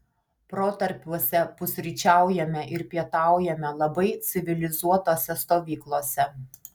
protarpiuose pusryčiaujame ir pietaujame labai civilizuotose stovyklose